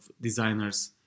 designers